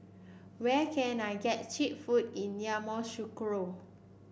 where can I get cheap food in Yamoussoukro